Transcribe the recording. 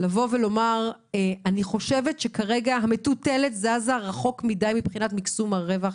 שאת חושבת שכרגע המטוטלת זזה רחוק מידי מבחינת מקסום הרווח?